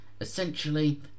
Essentially